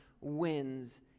wins